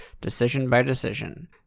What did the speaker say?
decision-by-decision